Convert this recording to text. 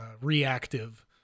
reactive